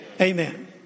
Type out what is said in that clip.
Amen